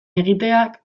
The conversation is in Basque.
egiteak